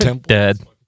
Dead